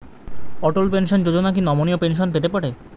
অটল pension Yojana কি নমনীয় pension পেতে পারে?